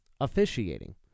officiating